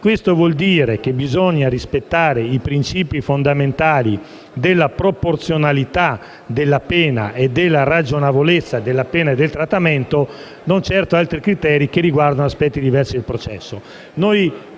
Questo significa che bisogna rispettare i principi fondamentali della proporzionalità e della ragionevolezza della pena e del trattamento, non certo altri criteri che riguardano aspetti diversi del processo.